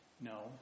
No